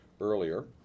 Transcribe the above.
earlier